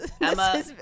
Emma